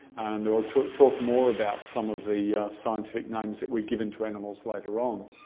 we'll talk talk more about some of the scientific names that we've given to animals later on.